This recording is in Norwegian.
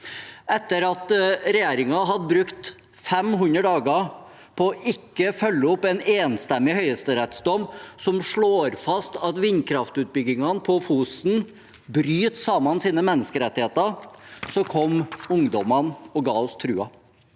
Etter at regjeringen hadde brukt 500 dager på ikke å følge opp en enstemmig høyesterettsdom som slår fast at vindkraftutbyggingen på Fosen bryter samenes menneskerettigheter, kom ungdommen og ga oss troen.